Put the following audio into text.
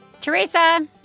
Teresa